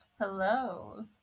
hello